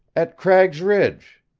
at cragg's ridge.